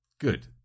Good